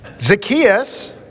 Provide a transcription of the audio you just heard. Zacchaeus